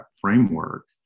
framework